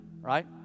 right